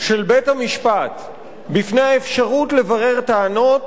של בית-המשפט בפני האפשרות לברר טענות